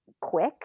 quick